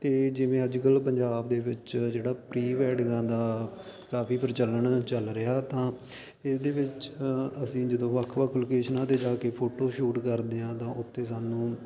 ਅਤੇ ਜਿਵੇਂ ਅੱਜ ਕੱਲ੍ਹ ਪੰਜਾਬ ਦੇ ਵਿੱਚ ਜਿਹੜਾ ਪ੍ਰੀ ਵੈਡਿੰਗਾਂ ਦਾ ਕਾਫੀ ਪ੍ਰਚਲਣ ਚੱਲ ਰਿਹਾ ਤਾਂ ਇਹਦੇ ਵਿੱਚ ਅਸੀਂ ਜਦੋਂ ਵੱਖ ਵੱਖ ਲੋਕੇਸ਼ਨਾਂ 'ਤੇ ਜਾ ਕੇ ਫੋਟੋਸ਼ੂਟ ਕਰਦੇ ਹਾਂ ਤਾਂ ਉੱਤੇ ਸਾਨੂੰ